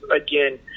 again